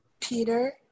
Peter